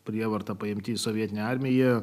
prievarta paimti į sovietinę armiją